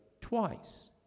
twice